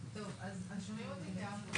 והשוטרים יושבים בניידת,